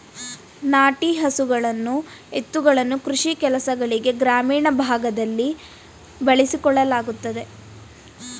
ನಾಟಿ ಹಸುಗಳನ್ನು ಎತ್ತುಗಳನ್ನು ಕೃಷಿ ಕೆಲಸಗಳಿಗೆ ಗ್ರಾಮೀಣ ಭಾಗದಲ್ಲಿ ಬಳಸಿಕೊಳ್ಳಲಾಗುತ್ತದೆ